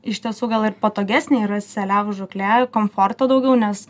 iš tiesų gal ir patogesnė yra seliavų žūklė komforto daugiau nes